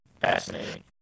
Fascinating